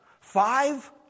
five